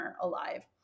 alive